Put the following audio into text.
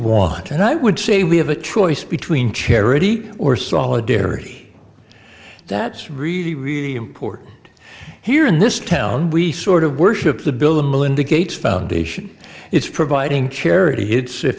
want and i would say we have a choice between charity or solidarity that's really really important here in this town we sort of worship the bill and melinda gates foundation it's providing charity it